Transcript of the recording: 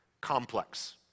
complex